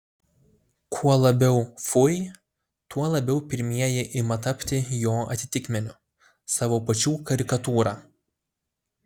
kuo labiau fui tuo labiau pirmieji ima tapti jo atitikmeniu savo pačių karikatūra